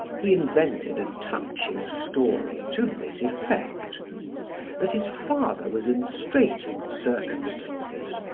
he invented a touching story to this effect that his father was in straitened circumstances,